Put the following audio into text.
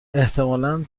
احتمالا